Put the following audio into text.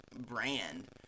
brand